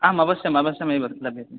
आम् अवश्यं अवश्यमेव लभ्यते